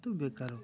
ତୁ ବେକାର